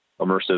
immersive